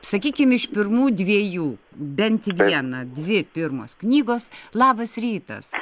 sakykim iš pirmų dviejų bent vieną dvi pirmos knygos labas rytas